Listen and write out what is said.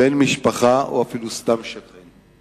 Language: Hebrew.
בן משפחה או אפילו סתם שכן.